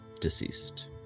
deceased